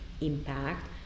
impact